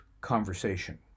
conversation